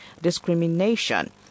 discrimination